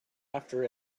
after